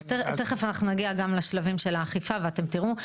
אז תכף נגיע גם לשלבים של האכיפה ואתם תראו.